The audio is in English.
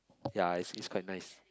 ya it's it's quite nice